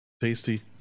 tasty